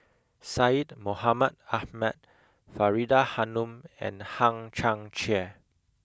Syed Mohamed Ahmed Faridah Hanum and Hang Chang Chieh